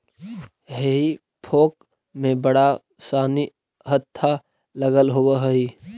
हेई फोक में बड़ा सानि हत्था लगल होवऽ हई